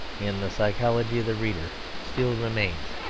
in the psychology of the reader, still remains.